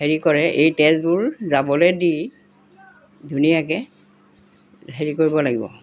হেৰি কৰে এই তেজবোৰ যাবলৈ দি ধুনীয়াকৈ হেৰি কৰিব লাগিব